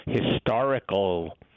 historical